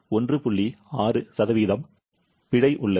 6 பிழை உள்ளது